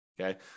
Okay